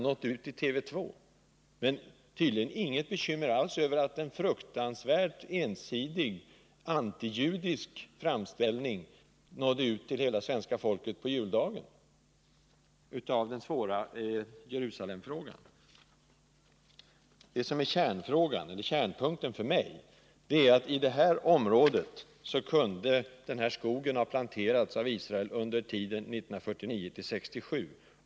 Men han hyser tydligen inget som helst bekymmer över att en fruktansvärt ensidig antijudisk framställning av den svåra Jerusalemfrågan nådde ut till hela svenska folket på juldagen. Kärnpunkten för mig är, att i det här området kunde denna skog ha planterats av Israel under tiden 1949-1967.